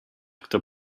kto